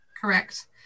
Correct